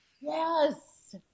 yes